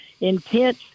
intense